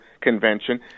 convention